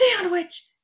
sandwich